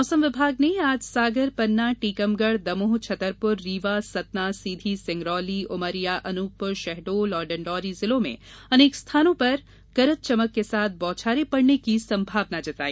मौसम विभाग ने आज सागर पन्ना टीकमगढ़ दमोह छतरपुर रीवा सतना सीधी सिंगरौली उमरिया अनूपपुर शहडोल और डिण्डौरी जिलों में अनेक स्थानों पर गरज चमक के साथ बौछारें पड़ने की संभावना जताई